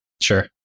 sure